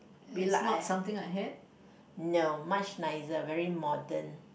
no much nicer very modern